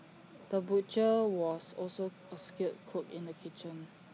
the butcher was also A skilled cook in the kitchen